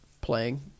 playing